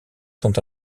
sont